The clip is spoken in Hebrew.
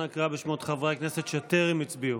אנא קרא בשמות חברי הכנסת שטרם הצביעו.